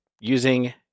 using